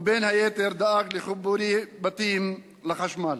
ובין היתר דאג לחיבורי בתים לחשמל.